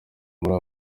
muri